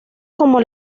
como